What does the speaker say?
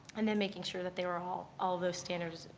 and then making sure that they were all, all those standards,